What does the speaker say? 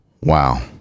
Wow